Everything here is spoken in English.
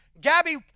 Gabby